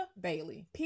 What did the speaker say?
Bailey